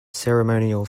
ceremonial